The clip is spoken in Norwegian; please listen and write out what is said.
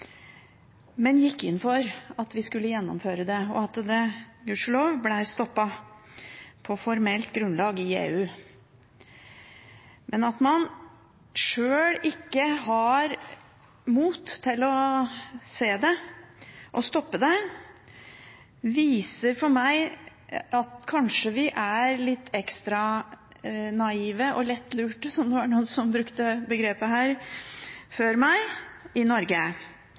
men gikk inn for at vi skulle gjennomføre det, og at det – gudskjelov – ble stoppet på formelt grunnlag i EU. Men at man sjøl ikke har mot til å se det og stoppe det, viser for meg at vi kanskje er litt ekstra naive og lettlurte – det var noen som brukte begrepet her før meg – i Norge.